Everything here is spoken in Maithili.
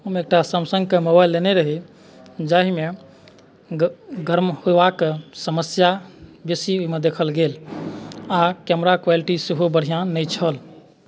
हम एकटा सैमसंगके मोबाइल लेने रही जाहिमे गर्म होयबाक समस्या बेसी ओहिमे देखल गेल आ कैमरा क्वालिटी सेहो बढ़िऑं नहि छल